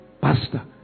Pastor